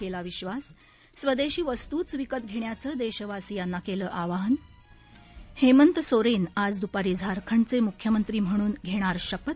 केला विधास स्वदेशी वस्तूच विकत घेण्याचं देशवासियांना केलं आवाहन हेमंत सोरेन आज दुपारी झारखंडचे मुख्यमंत्री म्हणून घेणार शपथ